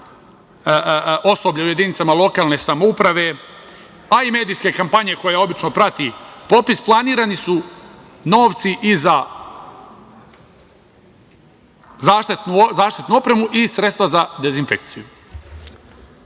osoblja u jedinicama lokalne samouprave, a i medijske kampanje koja obično prati popis, planirani su novci i za zaštitnu opremu i sredstva za dezinfekciju. Sve